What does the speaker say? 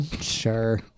Sure